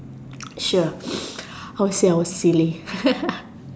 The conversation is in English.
sure I'll say I was silly